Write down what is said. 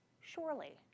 Surely